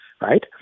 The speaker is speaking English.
right